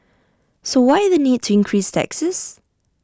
so why the need to increase taxes